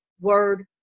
word